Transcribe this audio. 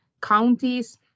counties